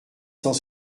cent